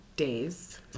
days